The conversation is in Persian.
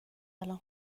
الان